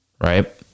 right